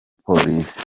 polisi